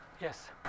Yes